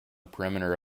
perimeter